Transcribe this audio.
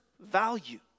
value